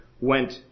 went